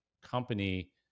company